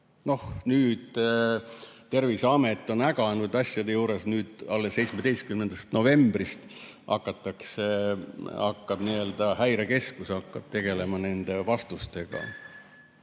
kusagile. Terviseamet on äganud asjade juures, nüüd alles 17. novembrist hakkab Häirekeskus tegelema nende vastustega,